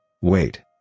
Wait